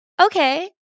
Okay